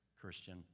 Christian